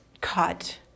cut